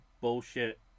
bullshit